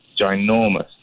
ginormous